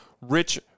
rich